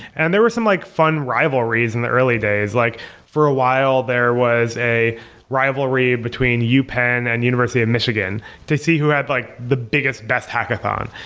and there were some like fun rivalries in the early days. like for a while, there was a rivalry between yeah upenn and university of michigan to see who had like the biggest best hackathon.